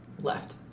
Left